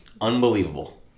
unbelievable